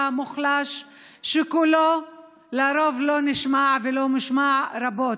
מוחלשת שקולה לרוב לא נשמע ולא מושמע רבות,